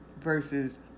versus